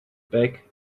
back